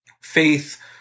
Faith